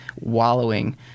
wallowing